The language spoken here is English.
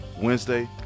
Wednesday